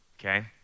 okay